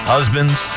Husbands